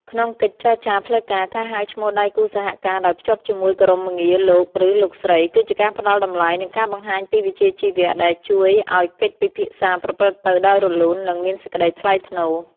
ក្នុងកិច្ចចរចាផ្លូវការ ការហៅឈ្មោះដៃគូសហការដោយភ្ជាប់ជាមួយគោរមងារ "លោក" ឬ "លោកស្រី" គឺជាការផ្តល់តម្លៃ និងការបង្ហាញពីវិជ្ជាជីវៈដែលជួយឱ្យកិច្ចពិភាក្សាប្រព្រឹត្តទៅដោយរលូន និងមានសេចក្ដីថ្លៃថ្នូរ។